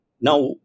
Now